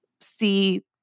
see